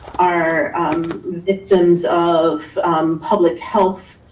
are victims of public health,